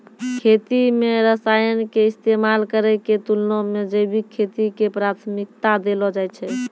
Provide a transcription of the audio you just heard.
खेती मे रसायन के इस्तेमाल करै के तुलना मे जैविक खेती के प्राथमिकता देलो जाय छै